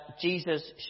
Jesus